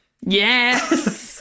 Yes